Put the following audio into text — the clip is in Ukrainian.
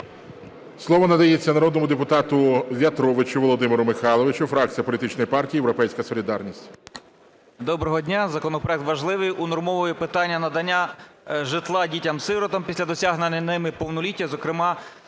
Слово надається народному депутату В'ятровичу Володимиру Михайловичу, фракція політичної партії "Європейська солідарність". 13:16:52 В’ЯТРОВИЧ В.М. Доброго дня. Законопроект важливий, унормовує питання надання житла дітям-сиротам після досягнення ними повноліття, зокрема